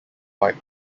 white